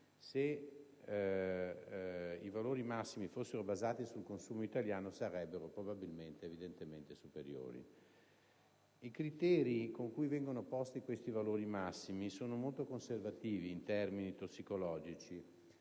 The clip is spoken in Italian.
se i valori massimi fossero basati sul consumo italiano sarebbero evidentemente superiori. I criteri con cui vengono stabiliti i valori massimi sono molto conservativi, in termini tossicologici,